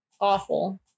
awful